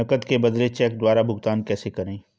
नकद के बदले चेक द्वारा भुगतान कैसे करें?